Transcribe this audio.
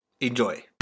Enjoy